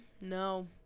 No